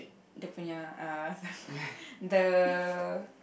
dia punya uh the